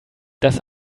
das